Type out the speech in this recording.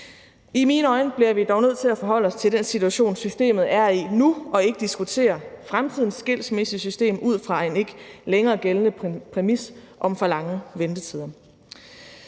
I mine øjne bliver vi dog nødt til at forholde os til den situation, systemet er i nu, og ikke diskutere fremtidens skilsmissesystem ud fra en ikke længere gældende præmis om for lange ventetider.